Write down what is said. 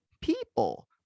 people